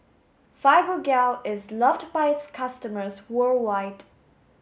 Fibogel is loved by its customers worldwide